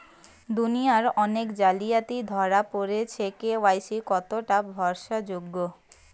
দুনিয়ায় অনেক জালিয়াতি ধরা পরেছে কে.ওয়াই.সি কতোটা ভরসা যোগ্য?